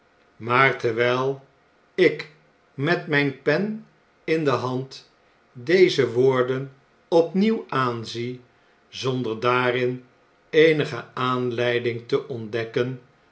maar terwjjl ik met myn pen in de hand deze woorden opnieuw aanzie zonder daarin eenige aanleiding te ontdekken